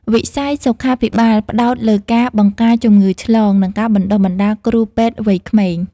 វិស័យសុខាភិបាលផ្តោតលើការបង្ការជំងឺឆ្លង និងការបណ្តុះបណ្តាលគ្រូពេទ្យវ័យក្មេង។